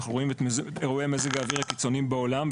אנחנו רואים את אירועי מזג האוויר הקיצוניים בעולם,